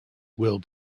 will